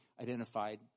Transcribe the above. identified